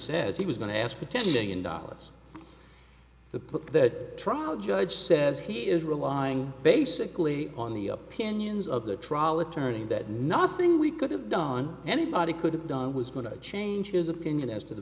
says he was going to ask for tending in dollars the put that trial judge says he is relying basically on the opinions of the trial attorney that nothing we could have done anybody could have done was going to change his opinion as to the